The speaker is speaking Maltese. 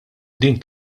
din